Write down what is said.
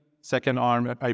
second-arm